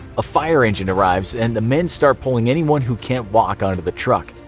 a fire engine arrives, and the men start pulling anyone who can't walk onto the truck.